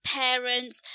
parents